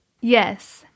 Yes